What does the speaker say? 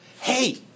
hey